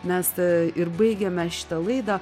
mesta ir baigiame šitą laidą